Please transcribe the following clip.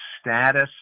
status